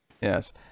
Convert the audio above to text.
Yes